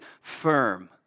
firm